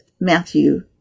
Matthew